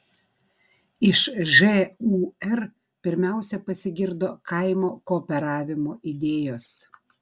iš žūr pirmiausia pasigirdo kaimo kooperavimo idėjos